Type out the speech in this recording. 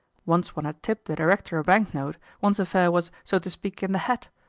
once one had tipped the director a bank-note, one's affair was, so to speak, in the hat.